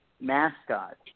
mascot